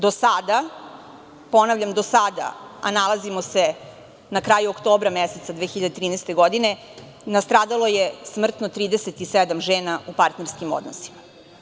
Do sada, ponavljam do sada, a nalazimo se na kraju oktobra 2013. godine, nastradalo je smrtno 37 žena u partnerskim odnosima.